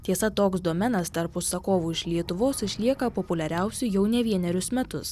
tiesa toks domenas tarp užsakovų iš lietuvos išlieka populiariausiu jau ne vienerius metus